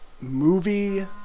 movie